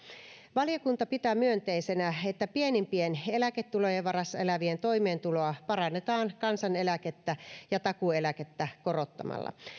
valiokunta pitää myönteisenä että pienimpien eläketulojen varassa elävien toimeentuloa parannetaan kansaneläkettä ja takuueläkettä korottamalla